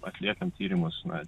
atliekam tyrimus na